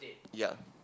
ya